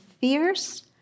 fierce